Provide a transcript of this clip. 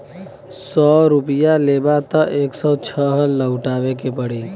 सौ रुपइया लेबा त एक सौ छह लउटाए के पड़ी